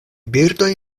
birdoj